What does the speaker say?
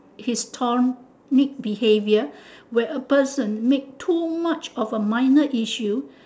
histrionic behaviour where a person make too much of a minor issue